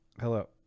Hello